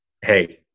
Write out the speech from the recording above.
hey